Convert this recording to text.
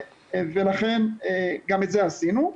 לכן גם את זה עשינו.